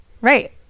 right